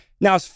Now